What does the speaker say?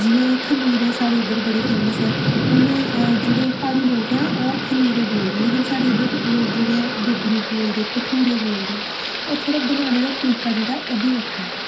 जियां खमीरे साढ़े इद्धर बडे़ फेमस ऐ हून जेहडे़ प्हाड़ी लोक ना ओह् खमीरे बोलदे ना लेकिन साढ़े इद्धर लोक जेहडे़ ऐ ओह् बब्बरु बोलदे भठूरे बोलदे और थोह्ड़ा बनाने दा तरीका जेहड़ ऐ ओह् बी बखरा ऐ